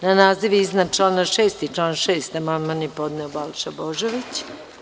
Na naziv iznad člana 6. i član 6. amandman je podneo Balša Božović.